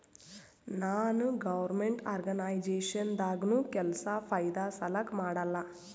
ನಾನ್ government organisation ದಾಗ್ನು ಕೆಲ್ಸಾ ಫೈದಾ ಸಲಾಕ್ ಮಾಡಲ್ಲ